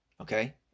okay